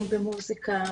אם במוזיקה,